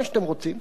מה שאתם רוצים,